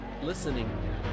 listening